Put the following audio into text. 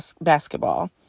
basketball